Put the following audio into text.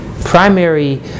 primary